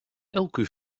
elke